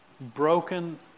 broken